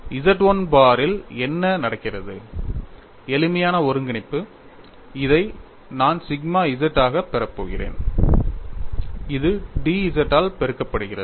Z 1 பாரில் என்ன நடக்கிறது எளிமையான ஒருங்கிணைப்பு இதை நான் சிக்மா z ஆகப் பெறுகிறேன் இது dz ஆல் பெருக்கப்படுகிறது